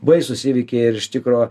baisūs įvykiai ir iš tikro